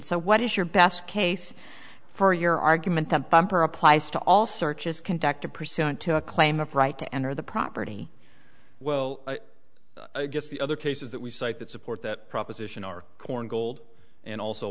so what is your best case for your argument that bumper applies to all searches conducted pursuant to a claim of right to enter the property well just the other cases that we cite that support that proposition or korngold and also